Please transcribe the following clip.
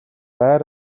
байр